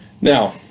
Now